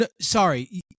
Sorry